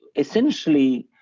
essentially,